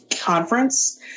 conference